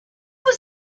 was